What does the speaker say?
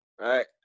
right